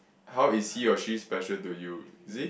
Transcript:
how is he or she special to you you see